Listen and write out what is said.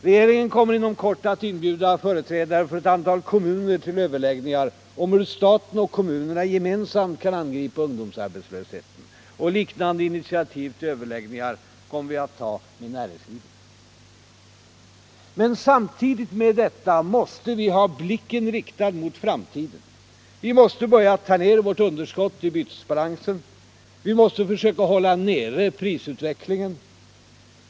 Regeringen kommer inom kort att inbjuda företrädare för ett antal kommuner till överläggningar om hur staten och kommunerna gemensamt kan angripa ungdomsarbetslösheten. Liknande initiativ till överläggningar kommer vi att ta med näringslivet. Samtidigt med detta måste vi ha blicken riktad mot framtiden. Vi måste börja ta ner vårt underskott i bytesbalansen. Vi måste försöka hålla nere prisutvecklingen.